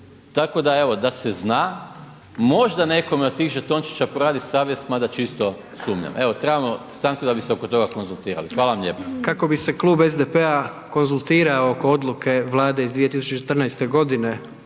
evo da se zna. Možda nekome od tih žetončića proradi savjest, mada čisto sumnjam. Evo trebamo stanku da bismo se oko tog konzultirali. Hvala vam lijepo. **Jandroković, Gordan (HDZ)** Kako bi se klub SDP-a konzultirao oko odluke Vlade iz 2014. godine